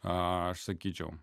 aš sakyčiau